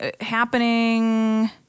happening